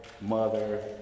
mother